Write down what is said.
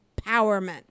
empowerment